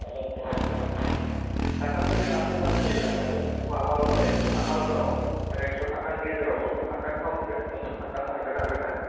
औऔऔ बिस थाखा खरि लाफाबानो जायो आंनावबो माबाल' दं एकस' थाखाल' दं एकस' ताखानि गेजेराव फनसान्स थाखानि थाव सोगोन फनसान्स थाखाखौ हागोन आरो ना